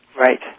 Right